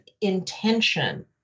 intention